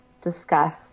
discuss